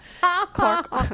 Clark